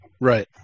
Right